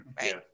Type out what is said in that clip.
right